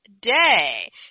Day